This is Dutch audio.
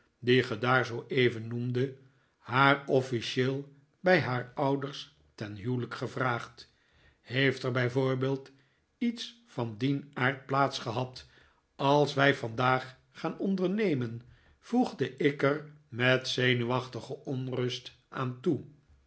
die ge daar zooeven noemdet haar officieel bij haar ouders ten huwelijk gevraagd heeft er bij voorbeeld iets van dien aard plaats gehad als wij vandaag gaan ondernemen voegde ik er met zenuwachtige onrust aan toe